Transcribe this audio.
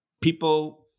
people